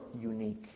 unique